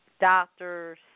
doctors